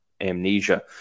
amnesia